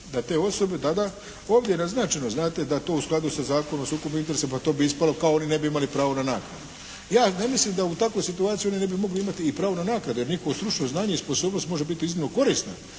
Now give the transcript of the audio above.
da te osobe tada, ovdje je naznačeno znate da to u skladu sa Zakonom o sukobu interesa pa to bi ispalo kao oni ne bi imali pravo na nagradu. Ja ne mislim da u takvoj situaciji oni ne bi mogli imati i pravo na naknadu. Jer njihovo stručno znanje i sposobnost može biti iznimno korisna